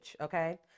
Okay